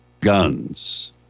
guns